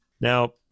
Now